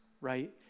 right